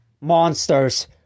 monsters